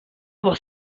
was